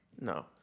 no